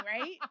right